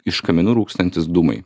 iš kaminų rūkstantys dūmai